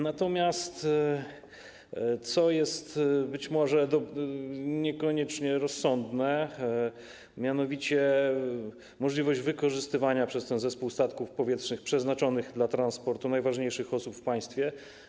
Natomiast to, co jest być może niekoniecznie rozsądne, to mianowicie możliwość wykorzystywania przez ten zespół statków powietrznych przeznaczonych do transportu najważniejszych osób w państwie.